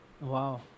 Wow